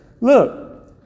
look